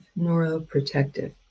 neuroprotective